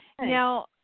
Now